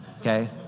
okay